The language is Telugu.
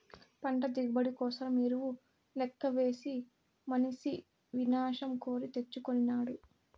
పంట దిగుబడి కోసరం ఎరువు లెక్కవేసి మనిసి వినాశం కోరి తెచ్చుకొనినాడు